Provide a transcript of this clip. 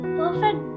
perfect